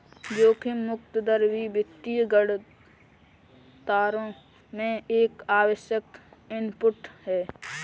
जोखिम मुक्त दर भी वित्तीय गणनाओं में एक आवश्यक इनपुट है